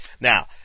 Now